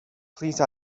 please